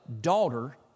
daughter